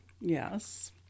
Yes